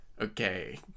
okay